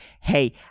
hey